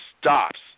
stops